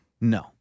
No